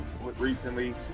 recently